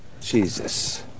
Jesus